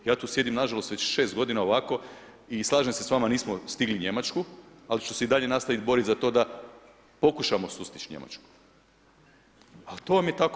Ja tu sjedim, nažalost već 6 g. ovako i slažem se s vama nismo stigli Njemačku, ali ću se i dalje nastaviti boriti za to da pokušamo sustići Njemačku, ali to vam je tako.